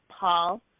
Paul